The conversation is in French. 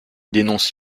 dénonce